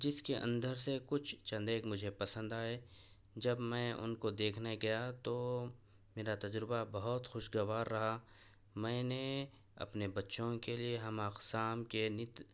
جس کے اندر سے کچھ چند ایک مجھے پسند آئے جب میں ان کو دیکھنے گیا تو میرا تجربہ بہت خوشگوار رہا میں نے اپنے بچوں کے لیے ہمہ اقسام کے نت